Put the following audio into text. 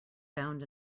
bound